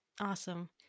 Awesome